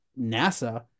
NASA